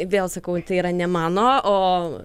vėl sakau tai yra ne mano o